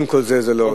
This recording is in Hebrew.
ועם כל זה זה לא עזר,